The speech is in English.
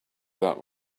that